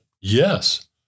Yes